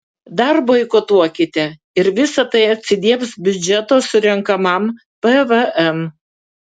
dar boikotuokite ir visa tai atsilieps biudžeto surenkamam pvm